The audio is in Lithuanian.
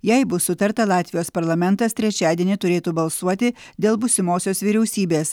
jei bus sutarta latvijos parlamentas trečiadienį turėtų balsuoti dėl būsimosios vyriausybės